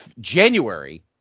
january